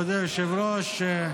מכובדי היושב-ראש,